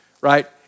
right